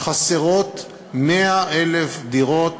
חסרות 100,000 דירות